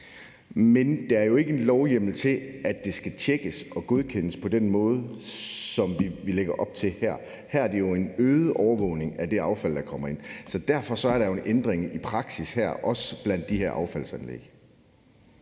Men der er jo ikke lovhjemmel til, at det skal tjekkes og godkendes på den måde, som vi lægger op til her. Her er det jo en øget overvågning af det affald, der kommer ind. Så derfor er der jo en ændring i praksis her, også på de her affaldsanlæg.